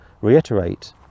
reiterate